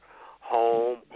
home